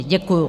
Děkuju.